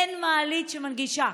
ואין מעלית שמנגישה.